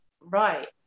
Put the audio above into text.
right